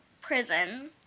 prison